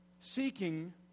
Seeking